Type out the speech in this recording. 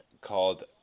called